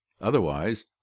Otherwise